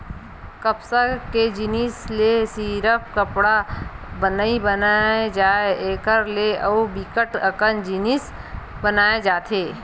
कपसा के जिनसि ले सिरिफ कपड़ा नइ बनाए जाए एकर से अउ बिकट अकन जिनिस बनाए जाथे